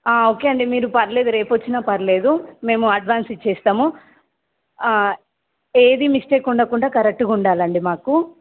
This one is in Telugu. ఓకే అండి మీరు పర్లేదు మీరు రేపు వచ్చిన పర్లేదు మేము అడ్వాన్స్ ఇస్తాము ఏది మిస్టేక్ ఉండకుండా కరెక్ట్గా ఉండాలండి మాకు